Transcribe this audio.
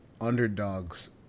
underdogs